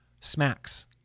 Smacks